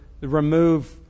remove